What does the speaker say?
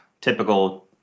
typical